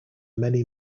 many